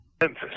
Memphis